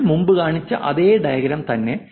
ഞാൻ മുമ്പ് കാണിച്ച അതേ ഡയഗ്രം തന്നെ